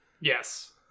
Yes